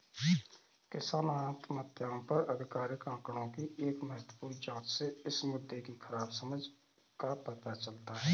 किसान आत्महत्याओं पर आधिकारिक आंकड़ों की एक महत्वपूर्ण जांच से इस मुद्दे की खराब समझ का पता चलता है